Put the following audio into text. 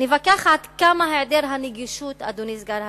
ניווכח עד כמה היעדר הנגישות, אדוני סגן השר,